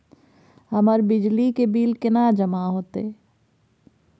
हमर बिजली के बिल केना जमा होते?